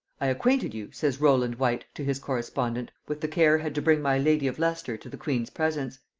i acquainted you, says rowland whyte to his correspondent, with the care had to bring my lady of leicester to the queen's presence.